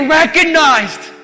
recognized